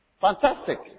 Fantastic